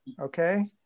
Okay